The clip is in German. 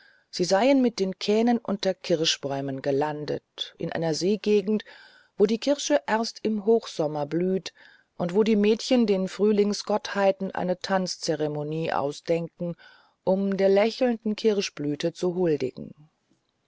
sie seien mit den kähnen unter kirschbäumen gelandet in einer seegegend wo die kirsche erst im hochsommer blüht und wo die mädchen den frühlingsgottheiten eine tanzzeremonie ausdenken um der lächelnden kirschblüte zu huldigen